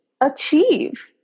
achieve